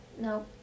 No